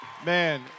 Man